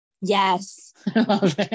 Yes